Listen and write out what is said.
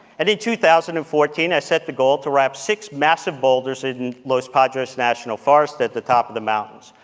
and in two thousand and fourteen, i set the goal to wrap six massive boulders in los padres national forest at the top of the mountains.